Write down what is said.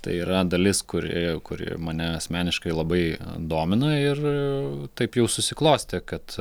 tai yra dalis kur kuri mane asmeniškai labai domina ir taip jau susiklostė kad